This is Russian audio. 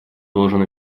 должен